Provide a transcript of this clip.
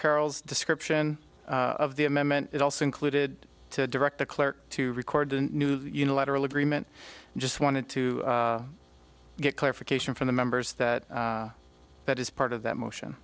carroll's description of the amendment it also included to direct the clerk to record a new unilateral agreement just wanted to get clarification from the members that that is part of that motion